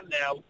now